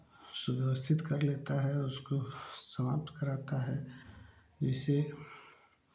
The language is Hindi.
सुव्यवस्थित कर लेता है उसको समाप्त करवाता है इससे